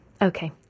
Okay